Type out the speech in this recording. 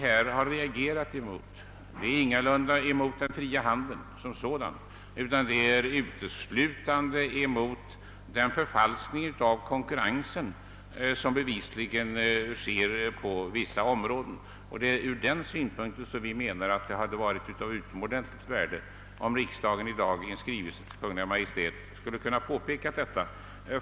Vad vi reagerar mot är ingalunda den fria handeln som sådan utan uteslutande mot den förfalskning av konkurrensen som bevisligen sker på vissa områden. Det är ur den synpunkten som vi ansett, att det hade varit av utomordentligt värde om riksdagen i dag beslutat att i skrivelse till Kungl. Maj:t påpeka detta.